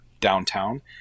downtown